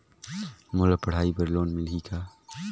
मोला पढ़ाई बर लोन मिलही का?